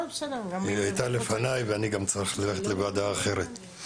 היא הייתה לפניי אבל אני גם צריך ללכת לוועדה אחרת.